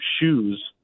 shoes